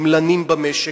הם לנים במשק.